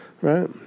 Right